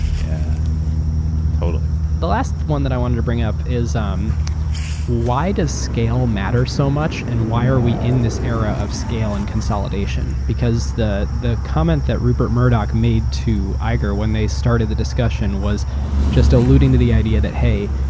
yeah totally. the last one that i want to bring up is um why does scale matters so much and why are we in this era of scale and consolidation? the the comment that rupert murdoch made to iger when they started the discussion was just alluding to the idea that, hey,